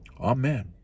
Amen